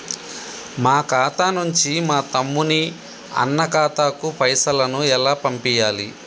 మా ఖాతా నుంచి మా తమ్ముని, అన్న ఖాతాకు పైసలను ఎలా పంపియ్యాలి?